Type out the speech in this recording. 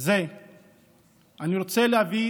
זה אני רוצה להביא